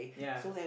yeah